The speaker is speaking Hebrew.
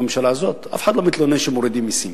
גם בממשלה הזאת, אף אחד לא מתלונן שמורידים מסים,